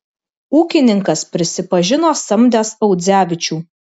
ūkininkas prisipažino samdęs audzevičių